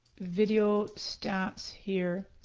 video stats here.